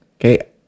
Okay